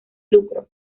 lucro